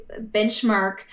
benchmark